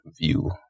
view